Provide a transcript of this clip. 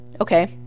okay